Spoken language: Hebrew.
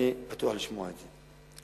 אני פתוח לשמוע את זה.